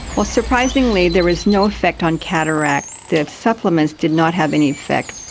well surprisingly there was no effect on cataract, the supplements did not have any effect.